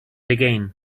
again